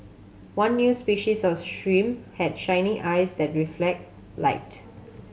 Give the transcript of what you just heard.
one new species of shrimp had shiny eyes that reflect light